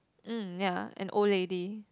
hmm ya an old lady